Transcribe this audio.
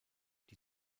die